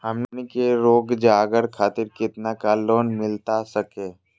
हमनी के रोगजागर खातिर कितना का लोन मिलता सके?